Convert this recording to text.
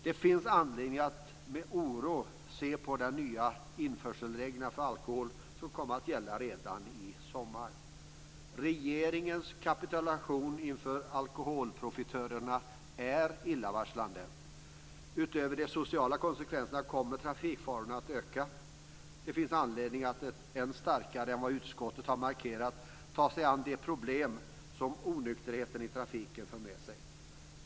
Det finns anledning att med oro se på de nya införselregler för alkohol som kommer att gälla redan i sommar. Regeringens kapitulation inför alkoholprofitörerna är illavarslande. Utöver de sociala konsekvenserna kommer trafikfarorna att öka. Det finns anledning att ännu starkare än vad utskottet har markerat ta sig an de problem som onykterheten i trafiken för med sig.